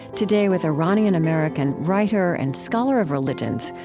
today with iranian-american writer and scholar of religions,